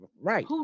Right